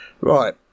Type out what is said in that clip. Right